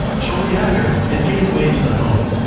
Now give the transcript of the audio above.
shortly after, it made its way into the home.